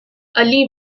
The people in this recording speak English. ali